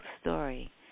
story